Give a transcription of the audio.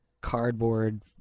cardboard